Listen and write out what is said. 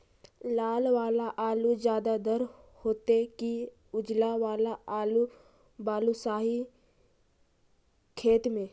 लाल वाला आलू ज्यादा दर होतै कि उजला वाला आलू बालुसाही खेत में?